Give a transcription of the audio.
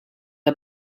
del